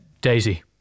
daisy